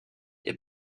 est